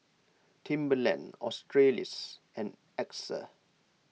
Timberland Australis and Axa